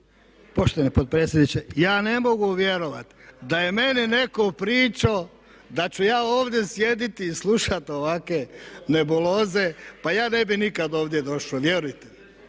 Poštovani potpredsjedniče, ja ne mogu vjerovat da je meni netko pričo da ću ja ovdje sjediti i slušat ovake nebuloze, pa ja ne bih nikad ovdje došo, vjerujte